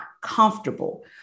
comfortable